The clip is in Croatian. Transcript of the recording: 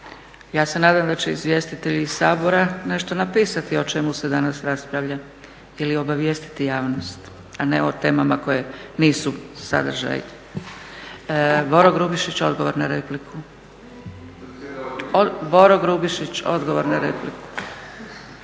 Ja se nadam da će izvjestitelji iz Sabora nešto napisati o čemu se danas raspravlja ili obavijestiti javnost, a ne o temama koje nisu sadržaj. Boro Grubišić odgovor na repliku. **Grubišić, Boro (HDSSB)**